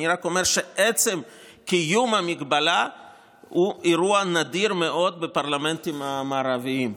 אני רק אומר שעצם קיום המגבלה הוא אירוע נדיר מאוד בפרלמנטים המערביים,